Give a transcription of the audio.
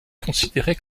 considéré